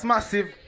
Massive